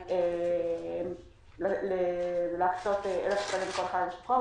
דאז להקצות 1,000 שקלים לכל חייל משוחרר.